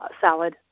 salad